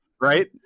right